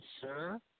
sir